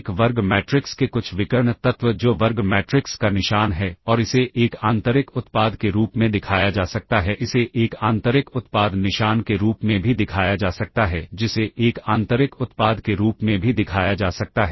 एक वर्ग मैट्रिक्स के कुछ विकर्ण तत्व जो वर्ग मैट्रिक्स का निशान है और इसे एक आंतरिक उत्पाद के रूप में दिखाया जा सकता है इसे एक आंतरिक उत्पाद निशान के रूप में भी दिखाया जा सकता है जिसे एक आंतरिक उत्पाद के रूप में भी दिखाया जा सकता है